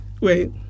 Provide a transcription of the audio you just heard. wait